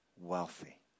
wealthy